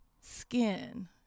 skin